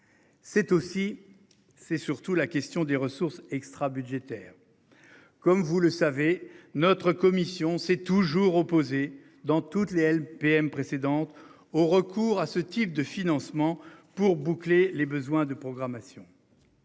C'est aussi, c'est surtout la question des ressources extra-budgétaires. Comme vous le savez notre commission s'est toujours opposé dans toutes les LPM précédente au recours à ce type de financement pour boucler les besoins de programmation.